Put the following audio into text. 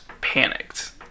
panicked